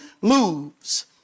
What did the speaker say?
moves